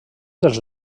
dels